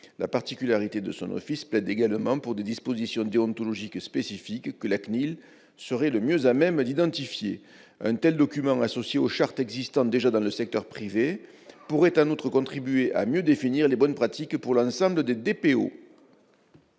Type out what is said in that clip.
La particularité de son office plaide également pour des dispositions déontologiques spécifiques, que la CNIL serait le plus à même d'identifier. Un tel document, associé aux chartes existant déjà dans le secteur privé, pourrait en outre contribuer à mieux définir les bonnes pratiques pour l'ensemble des DPO.